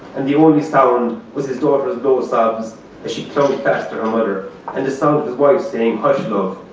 and the only sound was his daughter's low sobs as she clung fast to her mother and the sound of his wife saying, hush love.